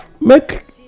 make